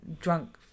drunk